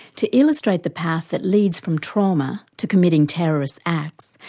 to illustrate the path that leads from trauma to committing terrorist acts,